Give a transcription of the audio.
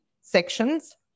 sections